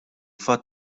fatt